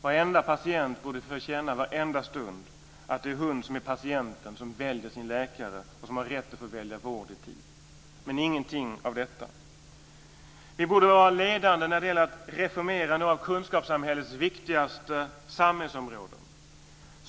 Varenda patient borde få känna varenda stund att det är hon som är patienten som väljer sin läkare, som har rätt att få välja vård i tid. Men det finns ingenting av detta. Vi borde vara ledande när det gäller att reformera kunskapssamhällets viktigaste samhällsområden.